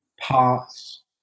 parts